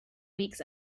weeks